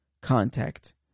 contact